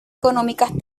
económicas